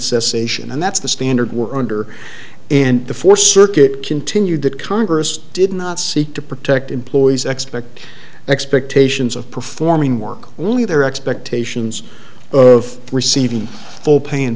cessation and that's the standard we're under and the four circuit continued that congress did not seek to protect employees expect expectations of performing work only their expectations of receiving full pay